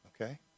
okay